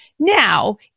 Now